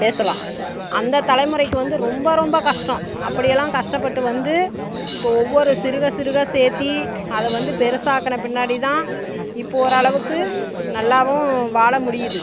பேசலாம் அந்த தலைமுறைக்கு வந்து ரொம்ப ரொம்ப கஷ்டம் அப்படியெல்லாம் கஷ்டப்பட்டு வந்து இப்போ ஒவ்வொரு சிறுகச் சிறுக சேர்த்தி அத வந்து பெருசாக்கின பின்னாடி தான் இப்போ ஓரளவுக்கு நல்லாவும் வாழ முடியுது